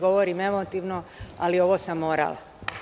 Govorim emotivno, ali ovo sam morala.